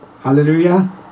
Hallelujah